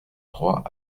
trois